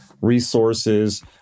resources